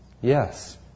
Yes